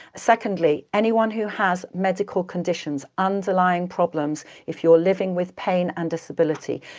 secondly, anyone who has medical conditions, underlying problems, if you're living with pain and disability,